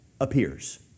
appears